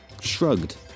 shrugged